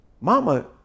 Mama